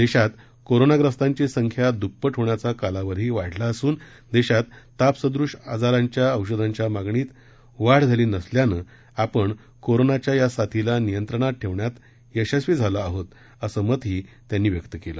देशात कोरोनाग्रस्तांची संख्या दुप्पट होण्याचा कालावधी वाढला असून देशात तापसदृश्य आजारांच्या औषधांच्या मागणीत वाढ झाली नसल्यानं आपण कोरोनाच्या या साथीला नियंत्रणात ठेवण्यात यशस्वी झालो आहोत असं मत ही त्यांनी व्यक्त केलं